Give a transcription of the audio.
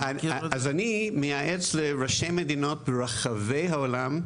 אני מייעץ לראשי מדינות ברחבי העולם.